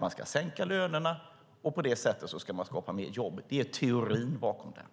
som ska sänka lönerna och på det sättet skapa mer jobb. Det är teorin bakom den.